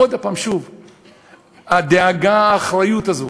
עוד הפעם הדאגה, האחריות הזאת